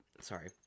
Sorry